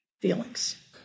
feelings